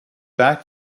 back